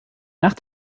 nach